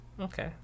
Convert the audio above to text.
Okay